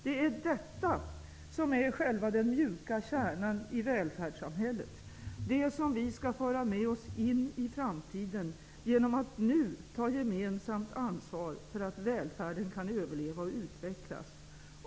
Det är detta som är själva den mjuka kärnan i välfärdssamhället, det som vi skall föra med oss in i framtiden, genom att nu ta gemensamt ansvar för att välfärden kan överleva och utvecklas.